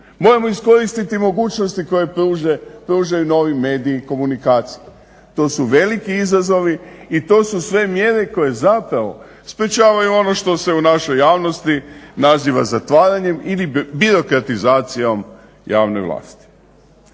Moramo iskoristiti mogućnosti koje pružaju novi mediji i komunikacije. To su veliki izazovi i to su sve mjere koje zapravo sprečavaju ono što se u našoj javnosti naziva zatvaranjem ili birokratizacijom javne vlasti.